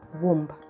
womb